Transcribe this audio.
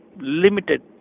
limited